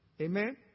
Amen